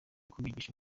kubigisha